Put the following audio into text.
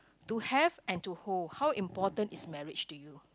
to have and to hold how important is marriage to you